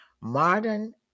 modern